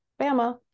Bama